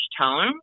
tone